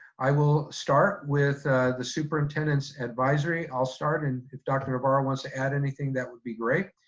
i will start with the superintendent's advisory. i'll start and if dr. navarro wants to add anything that would be great.